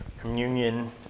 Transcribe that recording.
communion